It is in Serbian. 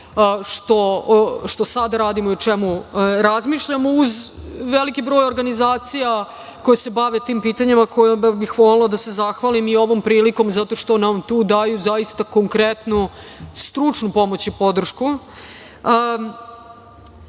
što sada radimo i o čemu razmišljamo, uz veliki broj organizacija koje se bave tim pitanjima, kojima bih volela da se zahvalim i ovom prilikom, zato što nam tu daju zaista konkretno stručnu pomoć i podršku. Takođe